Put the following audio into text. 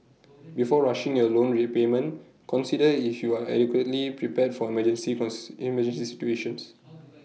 before rushing your loan repayment consider if you are adequately prepared for emergency cons emergency situations